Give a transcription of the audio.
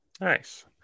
nice